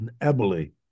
Eboli